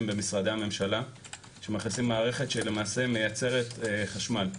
במשרדי הממשלה שמכניסים מערכת שמייצרת חשמל.